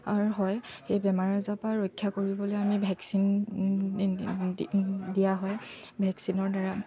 হয় সেই বেমাৰ আজাৰৰপৰা ৰক্ষা কৰিবলৈ আমি ভেকচিন দিয়া হয় ভেকচিনৰদ্বাৰা